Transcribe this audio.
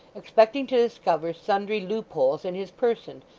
expecting to discover sundry loopholes in his person,